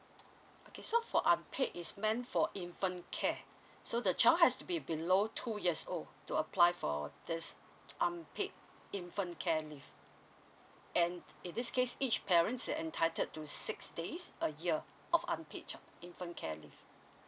okay so for unpaid is meant for infant care so the child has to be below two years old to apply for this unpaid infant care leave and in this case each parents they entitled to six days a year of unpaid child infant care live